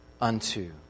Unto